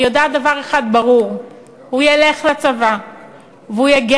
אני יודעת דבר אחד ברור: הוא ילך לצבא,